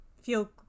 feel